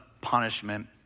punishment